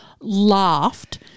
laughed